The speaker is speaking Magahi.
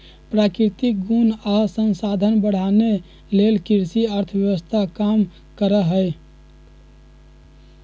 प्राकृतिक गुण आ संसाधन बढ़ाने लेल कृषि अर्थव्यवस्था काम करहइ